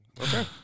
Okay